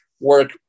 work